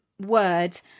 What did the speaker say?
Word